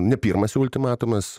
ne pirmas ultimatumas